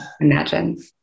imagine